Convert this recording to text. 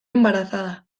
embarazada